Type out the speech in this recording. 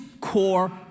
core